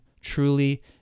Truly